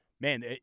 Man